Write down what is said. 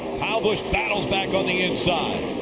kyle busch battles back on the inside.